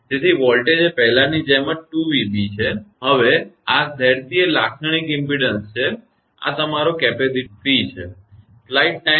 તેથી વોલ્ટેજ એ પહેલાંની જેમ જ 2𝑣𝑏 હશે આ 𝑍𝑐 એ લાક્ષણિક ઇમપેડન્સ લાઇન છે અને આ તમારો કેપેસિટર C છે